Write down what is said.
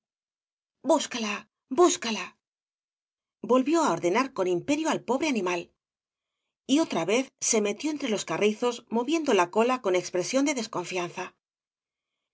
búscala búscala volvió á ordenar coa imperio al pobre animal y otra vez se metió entre los carrizos moviendo la cola con expresión de desconfianza